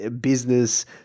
business